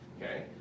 okay